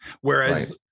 Whereas